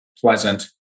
pleasant